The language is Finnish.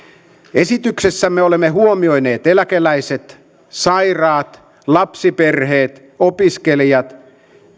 esityksessämme olemme huomioineet eläkeläiset sairaat lapsiperheet opiskelijat